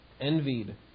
envied